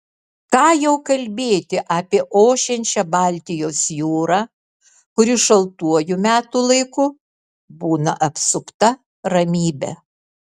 ką jau kalbėti apie ošiančią baltijos jūrą kuri šaltuoju metų laiku būna apsupta ramybe